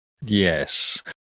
Yes